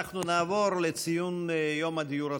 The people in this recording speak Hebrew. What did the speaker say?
אנחנו נעבור להצעות לסדר-היום בנושא: ציון יום הדיור הציבורי,